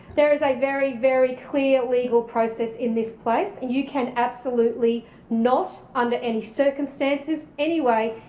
there is a very, very clear legal process in this place. you can absolutely not under any circumstances any way,